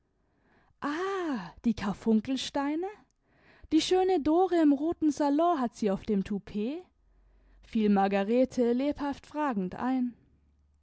die karfunkelsteine die schöne dore im roten salon hat sie auf dem toupet fiel margarete lebhaft fragend ein